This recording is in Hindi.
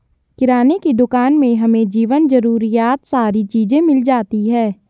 किराने की दुकान में हमें जीवन जरूरियात सारी चीज़े मिल जाती है